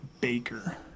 Baker